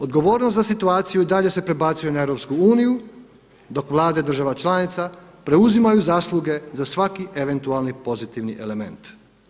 Odgovornost za situaciju i dalje se prebacuje na EU dok Vlade država članica preuzimaju zasluge za svaki eventualni pozitivni element.